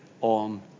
on